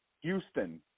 Houston